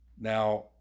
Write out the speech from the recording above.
Now